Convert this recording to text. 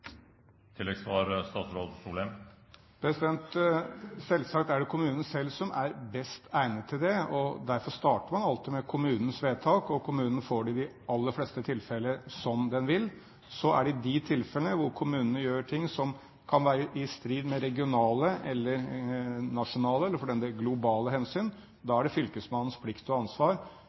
Selvsagt er det kommunen selv som er best egnet til det. Derfor starter man alltid med kommunens vedtak, og i de aller fleste tilfellene får kommunen det som den vil. Så er det de tilfellene hvor kommunene gjør ting som kan være i strid med regionale eller nasjonale eller for den del globale hensyn. Da er det fylkesmannens plikt og ansvar